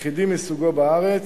יחידי מסוגו בארץ,